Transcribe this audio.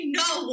no